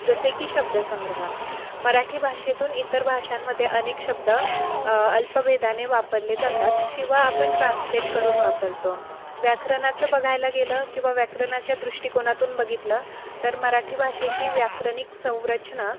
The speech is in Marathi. जसे की शब्दसंग्रह मराठी भाषेतून इतर भाषांमध्ये अनेक शब्द अल्पभेदाने वापरले जातात किंवा आपण ट्रान्सलेट करून वापरतो व्याकरणाचं बघायला गेलं किंवा व्याकरणाच्या दृष्टिकोनातून बघितलं तर मराठी भाषेची व्याकरणिक संरचना